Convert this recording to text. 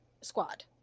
Squad